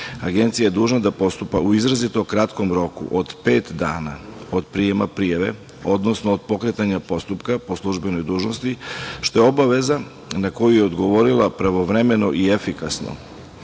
je dužna da postupa u izrazito kratkom roku od pet dana od prijema prijave, odnosno od pokretanja postupka po službenoj dužnosti, što je obaveza na koju je odgovorila pravovremeno i efikasno.